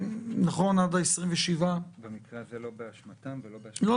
עד 27. במקרה הזה לא באשמתם ולא באשמתנו.